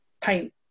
paint